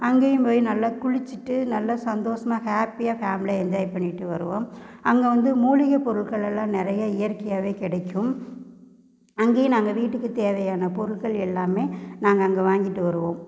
அங்கையும் போய் நல்லா குளிச்சுட்டு நல்லா சந்தோஷமாக ஹேப்பியாக ஃபேம்லியாக என்ஜாய் பண்ணிவிட்டு வருவோம் அங்கே வந்து மூலிகை பொருட்கள் எல்லாம் நிறையா இயற்கையாகவே கிடைக்கும் அங்கையே நாங்கள் வீட்டுக்கு தேவையான பொருட்கள் எல்லாமே நாங்கள் அங்கே வாங்கிகிட்டு வருவோம்